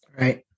Right